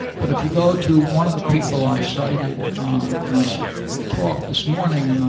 but if you go to one of the people i cited in my talk this morning,